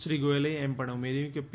શ્રી ગોયલે એમ પણ ઉમેર્યું કે પી